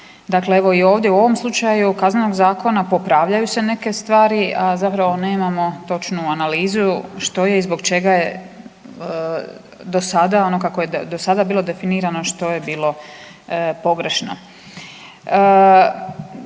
Dakle evo, ovdje, u ovom slučaju, Kaznenog zakona, popravljaju se neke stvari, a zapravo nemamo točnu analizu što je i zbog čega je do sada, ono kako je do sada bilo definirano, što je bilo pogrešno.